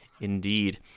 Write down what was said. indeed